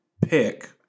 pick